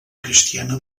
cristiana